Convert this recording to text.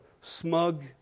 smug